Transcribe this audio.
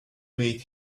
wait